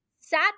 sat